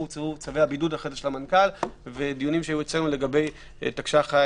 הוצאו צווי הבידוד של המנכ"ל ונערכו דיונים אצלנו לגבי אכיפת תקש"ח.